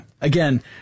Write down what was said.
Again